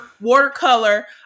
watercolor